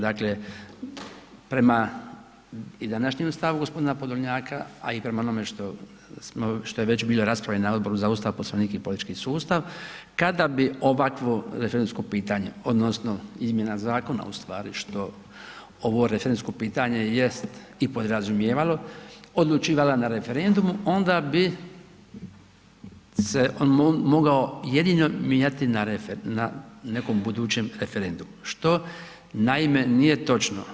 Dakle, prema i današnjem stavu gospodina Podolnjaka, a i prema onome što je već bilo na raspravi na Odboru za Ustav, Poslovnik i politički sustav kada bi ovakvo referendumsko pitanje odnosno izmjena zakona u stvari što ovo referendumsko pitanje jest i podrazumijevalo odlučivala na referendumu onda bi se on mogao jedino mijenjati na nekom budućem referendumu što naime nije točno.